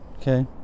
Okay